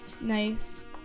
nice